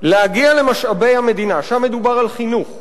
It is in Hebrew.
להגיע למשאבי המדינה, שם מדובר על חינוך,